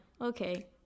okay